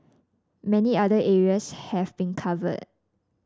many other areas have been covered